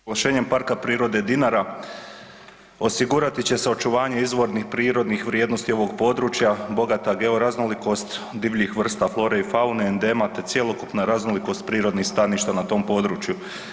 Proglašenjem Parka prirode „Dinara“ osigurati će se očuvanje izvornih prirodnih vrijednosti ovog područja, bogata georaznolikost divljih vrsta flore i faune, endema te cjelokupna raznolikost prirodnih staništa na tom području.